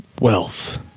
wealth